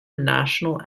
national